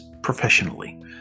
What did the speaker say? Professionally